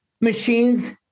machines